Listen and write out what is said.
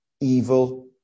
evil